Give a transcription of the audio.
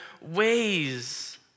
ways